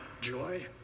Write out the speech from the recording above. joy